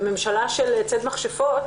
בממשלה של צד מכשפות,